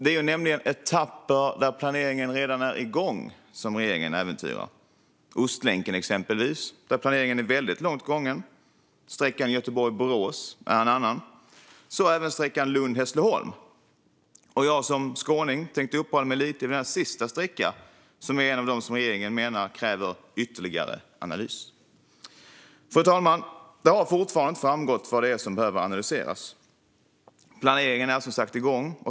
Det är ju nämligen etapper där planeringen redan är igång som regeringen äventyrar. Det gäller exempelvis Ostlänken, där planeringen är väldigt långt gången. Sträckan Göteborg-Borås är en annan etapp, och så även sträckan Lund-Hässleholm. Jag som skåning tänker uppehålla mig lite vid den sista sträckan, som är en av de som regeringen menar kräver ytterligare analys. Fru talman! Det har fortfarande inte framgått vad det är som behöver analyseras. Planeringen är som sagt igång.